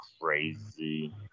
crazy